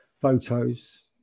photos